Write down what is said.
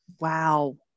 Wow